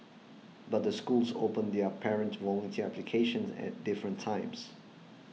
but the schools open their parent volunteer applications at different times